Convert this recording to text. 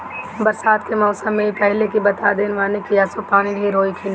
बरसात के मौसम में इ पहिले ही बता देत बाने की असो पानी ढेर होई की कम